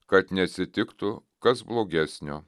kad neatsitiktų kas blogesnio